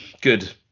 good